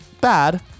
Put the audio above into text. bad